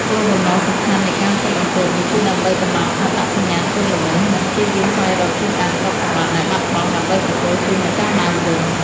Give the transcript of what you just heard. គោលបំណងសំខាន់នៃការស៊ើបអង្កេតនេះគឺដើម្បីកំណត់អត្តសញ្ញាណជនល្មើស និងព្យាយាមស្វែងរកទីតាំងទ្រព្យសម្បត្តិដែលបាត់បង់ដើម្បីប្រគល់ជូនម្ចាស់ដើមវិញ។